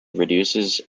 reduces